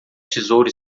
tesouro